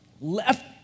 left